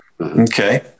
Okay